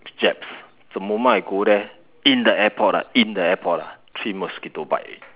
jabs the moment I go there in the airport ah in the airport ah three mosquito bites already